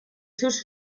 seus